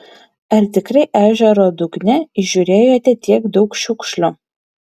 ar tikrai ežero dugne įžiūrėjote tiek daug šiukšlių